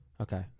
Okay